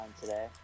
today